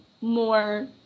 more